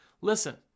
Listen